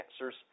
answers